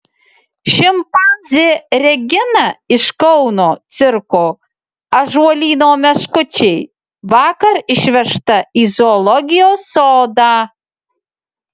šimpanzė regina iš kauno cirko ąžuolyno meškučiai vakar išvežta į zoologijos sodą